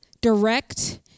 direct